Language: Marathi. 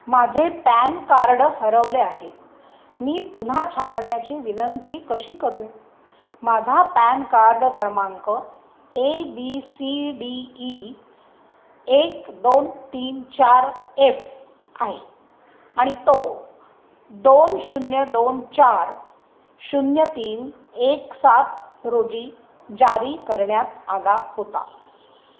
माझे पॅन कार्ड हरवले आहे मी पुन्हा छापण्याची विनंती कशी करू माझा पॅन कार्ड क्रमांक A B C D E एक दोन तीन चार एफ आहे आणि तो दोन शून्य दोन चार शून्य तीन एक सात रोजी जारी करण्यात आला होता